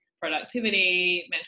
productivity